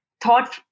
thought